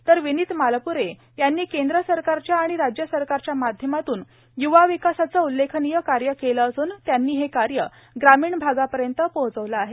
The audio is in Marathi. तर विनित मालप्रे यांनी केंद्र सरकारच्या आणि राज्य सरकारच्या माध्यमातून य्वा विकासाचे उल्लेखनीय कार्य केले असून त्यांनी हे कार्य ग्रामीण भागापर्यंत पोहोचविले आहे